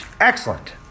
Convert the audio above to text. Excellent